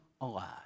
alive